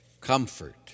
Comfort